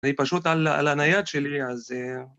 ‫די פשוט על הנייד שלי, אז זה...